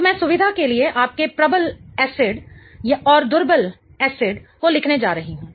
तो मैं सुविधा के लिए आपके प्रबल एसिडअम्ल और दुर्बल एसिडअम्ल को लिखने जा रही हूं